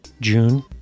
June